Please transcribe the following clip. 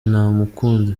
ntamukunzi